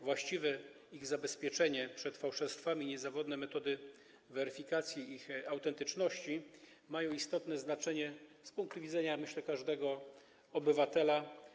Właściwe ich zabezpieczenie przed fałszerstwami, niezawodne metody weryfikacji ich autentyczności mają istotne znacznie z punktu widzenia każdego obywatela.